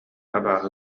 абааһы